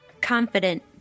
Confident